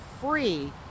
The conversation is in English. free